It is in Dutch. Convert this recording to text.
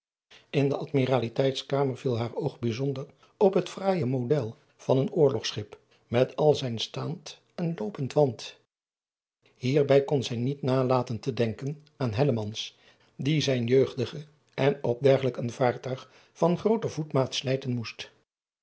n de dmiraliteits kamer viel haar oog bijzonder op het fraai model van een oorlogschip met al zijn staand en loopend wand ierbij kon zij niet nalaten te denken aan die zijn jeugdig e en op dergelijk een vaartuig van grooter voetmaat slijten moest